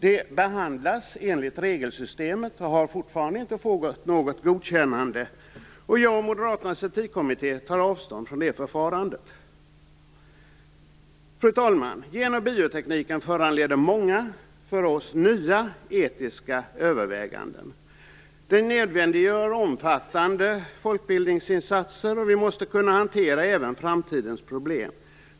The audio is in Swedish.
Det behandlas enligt regelsystemet och har fortfarande inte fått något godkännande. Jag och Moderaternas etikkommitté tar avstånd från det förfarandet. Fru talman! Gen och biotekniken föranleder många, för oss nya, etiska överväganden. Den nödvändiggör omfattande folkbildningsinsatser. Vi måste kunna hantera även framtidens problem.